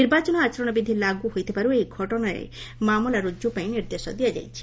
ନିର୍ବାଚନ ଆଚରଣ ବିଧି ଲାଗୁ ହୋଇଥିବାରୁ ଏହି ଘଟଣାରେ ମାମଲା ରୁଜୁ ପାଇଁ ନିର୍ଦ୍ଦେଶ ଦିଆଯାଇଛି